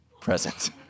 present